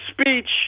speech